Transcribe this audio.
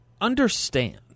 understand